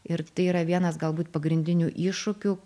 ir tai yra vienas galbūt pagrindinių iššūkių